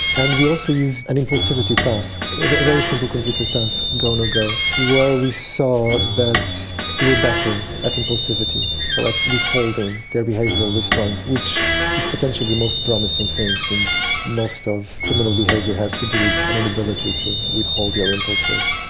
and we also used an impulsivity task, a very simple computer task go, no-go where we saw that they were better at impulsivity, so at withholding their behavioural response, which is potentially the most promising thing since most of criminal behaviour has to do with an inability to withhold your impulses.